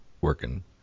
working